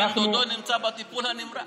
בן דודו נמצא בטיפול נמרץ.